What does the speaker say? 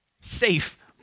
safe